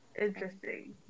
Interesting